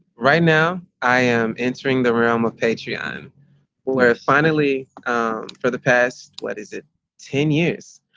right now, i am entering the realm of patreon where finally for the past, what is it ten years.